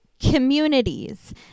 communities